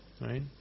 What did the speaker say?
right